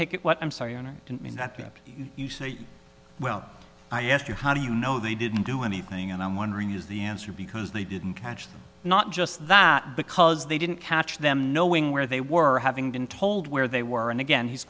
what i'm sorry i didn't mean that didn't you say well i asked you how do you know they didn't do anything and i'm wondering is the answer because they didn't catch them not just that because they didn't catch them knowing where they were having been told where they were and again he's